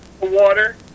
water